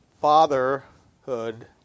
fatherhood